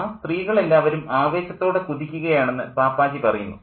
ആ സ്ത്രീകൾ എല്ലാവരും ആവേശത്തോടെ കുതിക്കുകയാണെന്ന് പാപ്പാജി പറയുന്നു